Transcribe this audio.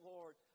Lord